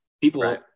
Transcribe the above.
People